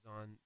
on